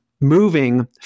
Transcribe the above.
moving